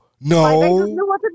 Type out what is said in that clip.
No